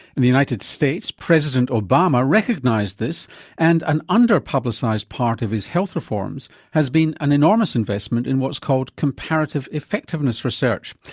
in the united states president obama recognised this and an under-publicised part of his health reforms has been an enormous investment in what's called comparative effectiveness research.